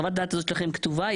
חוות הדעת הזו שלכם כתובה?